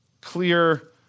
clear